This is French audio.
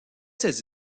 ses